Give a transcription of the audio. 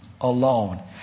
alone